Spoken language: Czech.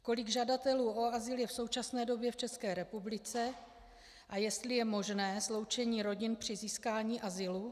Kolik žadatelů o azyl je v současné době v České republice a jestli je možné sloučení rodin při získání azylu.